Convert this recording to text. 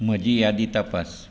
म्हजी यादी तपास